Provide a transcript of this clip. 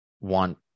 want